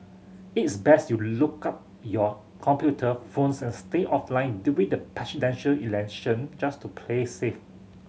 is best you look up your computer phones and stay offline during Presidential Election just to play safe